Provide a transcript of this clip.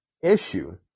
issue